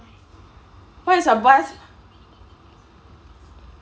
what's your best